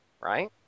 right